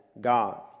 God